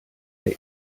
der